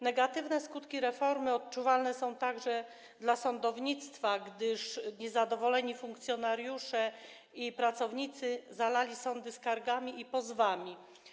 Negatywne skutki reformy odczuwalne są także dla sądownictwa, gdyż niezadowoleni funkcjonariusze i pracownicy zalali sądy skargami i pozwami.